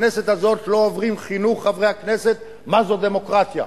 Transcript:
בכנסת הזאת לא עוברים חברי הכנסת חינוך מה זאת דמוקרטיה.